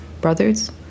brothers